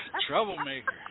Troublemaker